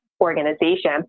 organization